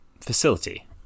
facility